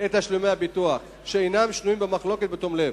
את תשלומי הביטוח שאינם שנויים במחלוקת בתום לב,